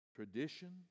Tradition